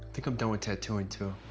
think i'm done with tattooing too.